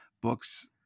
books